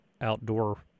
outdoor